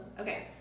Okay